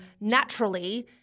naturally